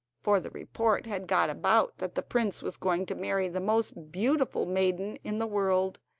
for the report had got about that the prince was going to marry the most beautiful maiden in the world,